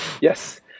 Yes